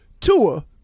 Tua